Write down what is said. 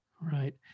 Right